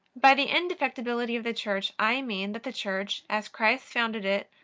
by the indefectibility of the church i mean that the church, as christ founded it,